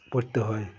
পড়তে হয়